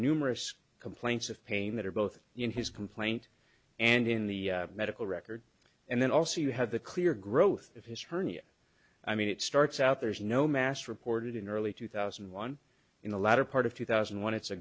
numerous complaints of pain that are both in his complaint and in the medical records and then also you have the clear growth of his hernia i mean it starts out there's no mass reported in early two thousand and one in the latter part of two thousand and one it's a